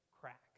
cracks